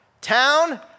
Town